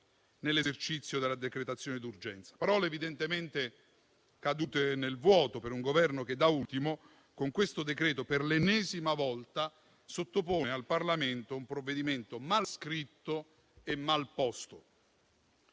nell'esercizio della decretazione d'urgenza. Parole evidentemente cadute nel vuoto per un Governo che da ultimo, con questo decreto, per l'ennesima volta sottopone al Parlamento un provvedimento mal scritto e mal posto.